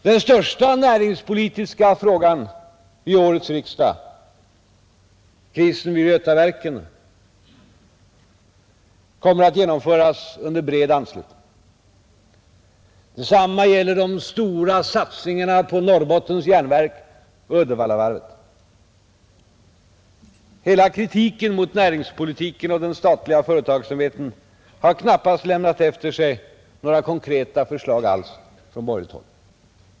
Den största näringspolitiska frågan vid årets riksdag, krisen vid Götaverken, kommer att genomföras under bred anslutning. Detsamma gäller de stora satsningarna på Norrbottens järnverk och Uddevallavarvet. Hela kritiken mot näringspolitiken och den statliga företagsamheten har knappast lämnat efter sig några konkreta förslag alls från borgerligt håll.